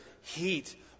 heat